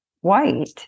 white